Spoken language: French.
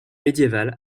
médiévale